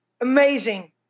Amazing